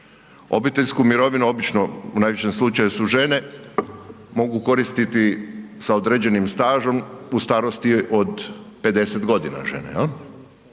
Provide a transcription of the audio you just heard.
Obiteljski mirovinu obično u najvećem slučaju su žene mogu koristiti sa određenim stažom u starosti od 50 godina žene